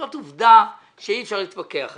זאת עובדה שאי-אפשר להתווכח עליה.